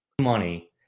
money